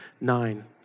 nine